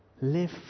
Live